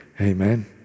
Amen